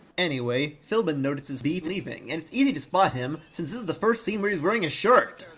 anyway, philbin notices beef leaving, and it's easy to spot him, since this is the first scene where he's wearing a shirt!